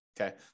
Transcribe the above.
Okay